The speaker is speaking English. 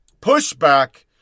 pushback